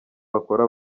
bakora